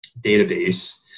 database